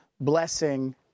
blessing